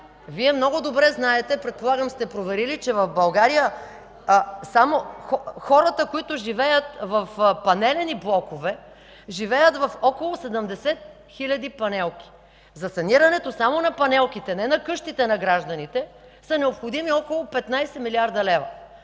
Вие много добре знаете, предполагам сте проверили, че в България само хората, които живеят в панелни блокове, живеят в около 70 хил. панелки. За санирането само на панелките, не на къщите на гражданите, са необходими около 15 млрд. лв.